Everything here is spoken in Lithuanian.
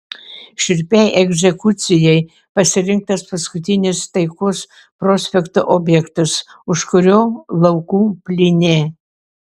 šiurpiai egzekucijai pasirinktas paskutinis taikos prospekto objektas už kurio laukų plynė